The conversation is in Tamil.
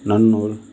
நன்னூல்